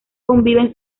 conviven